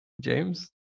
James